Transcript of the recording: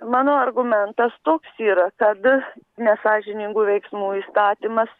mano argumentas toks yra kad nesąžiningų veiksmų įstatymas